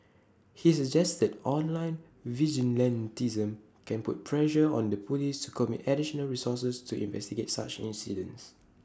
he suggested online vigilantism can put pressure on the Police to commit additional resources to investigate such incidents